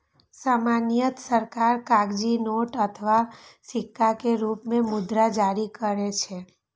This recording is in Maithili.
सामान्यतः सरकार कागजी नोट अथवा सिक्का के रूप मे मुद्रा जारी करै छै